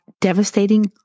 devastating